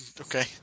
okay